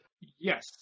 Yes